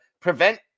prevent